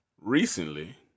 Recently